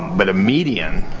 but a median.